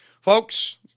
Folks